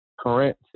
current